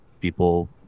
people